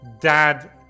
dad